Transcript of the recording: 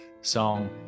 song